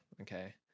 okay